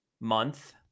month